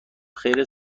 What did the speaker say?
خیر